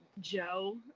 Joe